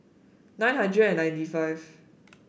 nine hundred and ninety five